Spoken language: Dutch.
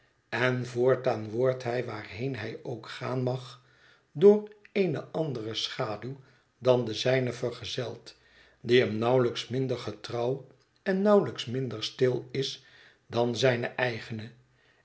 en voortaan wordt hij waarheen hij ook gaan mag door eene andere schaduw dan de zijne vergezeld die hem nauwelijks minder ge trouw en nauwelijks minder stil is dan zijne eigene